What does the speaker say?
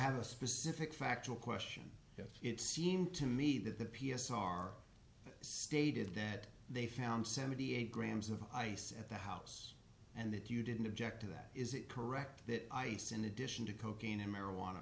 have a specific factual question yes it seemed to me that the p s r stated that they found seventy eight grams of ice at the house and that you didn't object to that is it correct that ice in addition to cocaine and marijuana